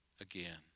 again